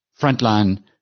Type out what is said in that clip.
frontline